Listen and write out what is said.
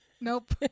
Nope